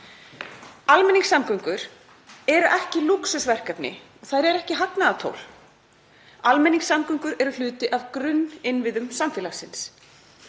Almenningssamgöngur eru ekki lúxusverkefni, þær eru ekki hagnaðartól. Almenningssamgöngur eru hluti af grunninnviðum samfélagsins.